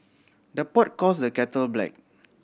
the pot calls the kettle black